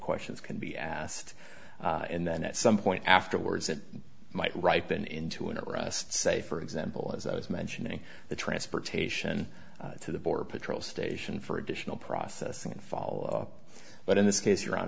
questions can be asked and then at some point afterwards it might ripen into an arrest say for example as i was mentioning the transportation to the border patrol station for additional processing in follow up but in this case your hon